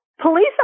Police